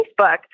Facebook